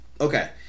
okay